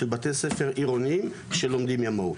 של בתי ספר עירוניים, שלומדים ימאות.